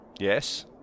Yes